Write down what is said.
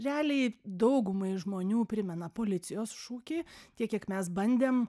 realiai daugumai žmonių primena policijos šūkį tiek kiek mes bandėm